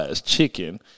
chicken